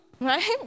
right